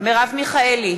מרב מיכאלי,